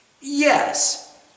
Yes